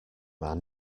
man